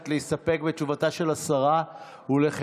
אבל תשמע, מה הקשר של, לא, לא.